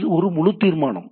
இது ஒரு முழுத் தீர்மானம்